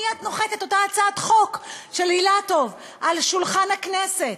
מייד נוחתת אותה הצעת חוק של אילטוב על שולחן הכנסת.